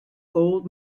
gold